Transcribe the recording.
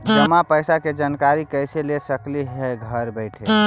जमा पैसे के जानकारी कैसे ले सकली हे घर बैठे?